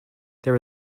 there